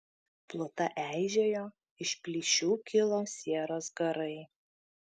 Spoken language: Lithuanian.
pluta eižėjo iš plyšių kilo sieros garai